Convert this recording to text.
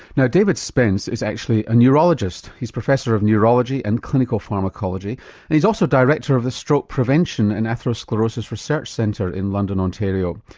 now david spence is actually a neurologist, he's professor of neurology and clinical pharmacology and he's also director of the stroke prevention and atherosclerosis research centre in london, ontario.